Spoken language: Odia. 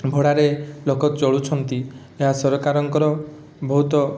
ଭଡ଼ାରେ ଲୋକ ଚଳୁଛନ୍ତି ଏହା ସରକାରଙ୍କର ବହୁତ